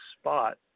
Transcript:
spot